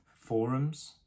forums